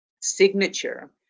signature